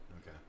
Okay